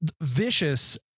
vicious